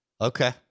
Okay